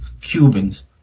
Cubans